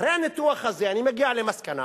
אחרי הניתוח הזה אני מגיע למסקנה